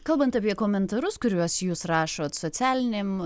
kalbant apie komentarus kuriuos jūs rašot socialinėm